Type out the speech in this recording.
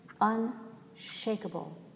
unshakable